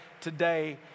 today